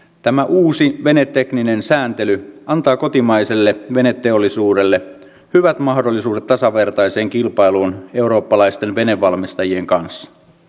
tämä uusi venetekninen sääntely antaa kotimaiselle veneteollisuudelle hyvät mahdollisuudet tasavertaiseen kilpailuun eurooppalaisten venevalmistajien kanssa